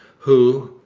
who,